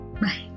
Bye